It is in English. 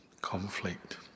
conflict